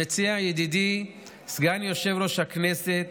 שמציע ידידי סגן יו"ר הכנסת,